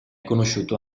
conosciuto